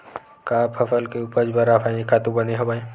का फसल के उपज बर रासायनिक खातु बने हवय?